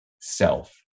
self